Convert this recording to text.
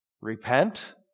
repent